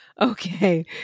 Okay